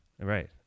Right